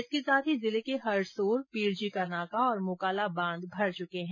इसके साथ ही जिले के हरसोर पीरजी का नाका और मोकाला बांध भर चुके है